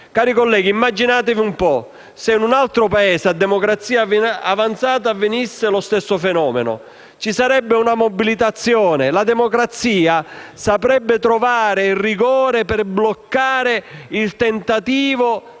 Cari colleghi, immaginate se in un altro Paese a democrazia avanzata avvenisse lo stesso fenomeno; ci sarebbe una mobilitazione. La democrazia saprebbe trovare il rigore per bloccare il tentativo di